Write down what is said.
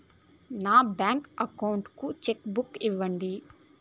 నా bank account కు cheque book ఇవ్వండి